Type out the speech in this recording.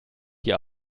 die